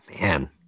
Man